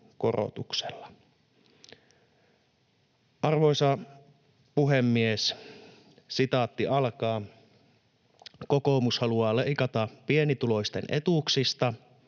korotuksella. Arvoisa puhemies! ”Kokoomus haluaa leikata pienituloisten etuuksista.